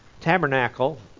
tabernacle